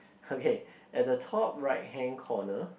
okay at the top right hand corner